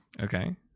Okay